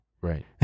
Right